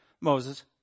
Moses